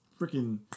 Freaking